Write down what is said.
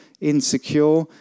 insecure